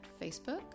Facebook